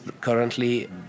currently